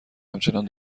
همچنان